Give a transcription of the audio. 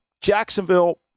Jacksonville